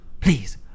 please